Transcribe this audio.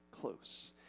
close